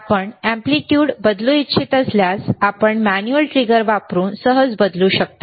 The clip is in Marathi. आपण एम्पलीट्यूड बदलू इच्छित असल्यास आपण मॅन्युअल ट्रिगर वापरून सहज बदलू शकता